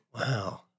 Wow